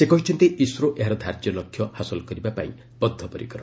ସେ କହିଛନ୍ତି ଇସ୍ରୋ ଏହାର ଧାର୍ଯ୍ୟ ଲକ୍ଷ୍ୟ ବେଳକୁ ହାସଲ କରିବାକୁ ବଦ୍ଧପରିକର